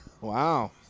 Wow